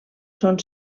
són